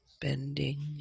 bending